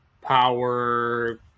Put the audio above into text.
power